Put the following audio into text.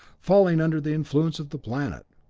falling under the influence of the planet.